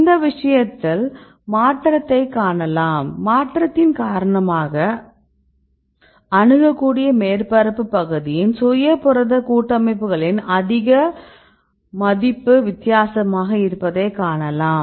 இந்த விஷயத்தில் மாற்றத்தைக் காணலாம் மாற்றத்தின் காரணமாக அணுகக்கூடிய மேற்பரப்புப் பகுதியின் சுய புரத கூட்டமைப்புகளின் மதிப்பு அதிக வித்தியாசமாக இருப்பதை காணலாம்